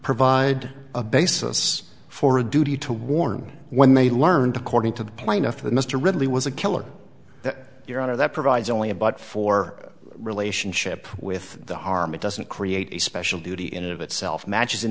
provide a basis for a duty to warn when they learned according to the plaintiff that mr ridley was a killer that your honor that provides only a but for relationship with the harm it doesn't create a special duty in and of itself matches in